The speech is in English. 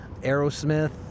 Aerosmith